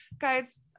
Guys